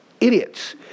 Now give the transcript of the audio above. idiots